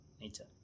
nature